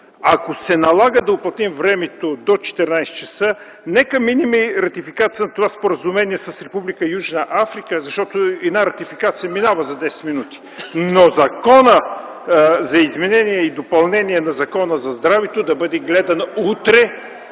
Ако се налага да уплътним времето до 14,00 ч., нека минем ратификацията на Споразумението с Република Южна Африка, защото една ратификация минава за 10 минути, но Законопроектът за изменение и допълнение на Закона за здравето да бъде гледан утре